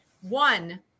One